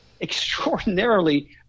extraordinarily